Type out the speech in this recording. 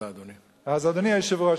אדוני היושב-ראש,